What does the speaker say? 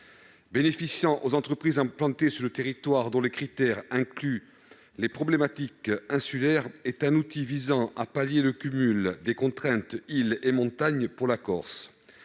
bénéficie aux entreprises implantées sur un territoire dont les critères incluent les problématiques insulaires, est un des outils visant à pallier le cumul des contraintes « île » et « montagne » pour la Corse